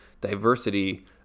diversity